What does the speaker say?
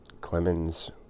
Clemens